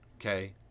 okay